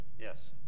yes